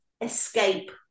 escape